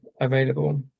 available